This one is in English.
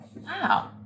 wow